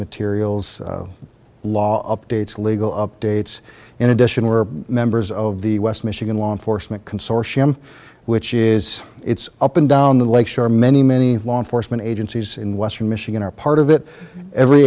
materials law updates legal updates in addition we're members of the west michigan law enforcement consortium which is it's up and down the lake shore many many law enforcement agencies in western michigan are part of it every